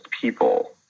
people